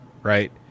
Right